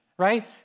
right